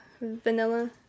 vanilla